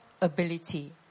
ability